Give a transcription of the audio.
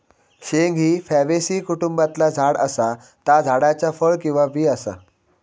शेंग ही फॅबेसी कुटुंबातला झाड असा ता झाडाचा फळ किंवा बी असा